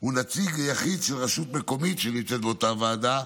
הוא נציג יחיד של רשות מקומית שנמצאת באותה ועדה,